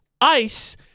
Ice